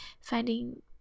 finding